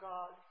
God